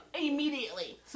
immediately